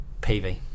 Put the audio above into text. PV